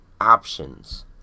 options